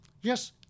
Yes